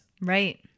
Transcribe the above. Right